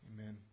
Amen